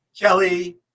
Kelly